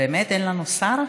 באמת אין לנו שר?